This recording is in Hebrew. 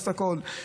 פורס כאן הכול,